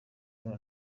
none